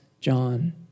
John